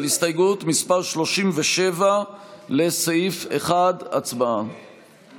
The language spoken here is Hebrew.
היום סיכמתם על בחירות אם בית המשפט יעשה את תפקידו.